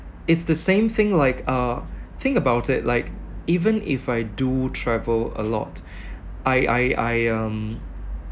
it's the same thing like uh think about it like even if I do travel a lot I I I um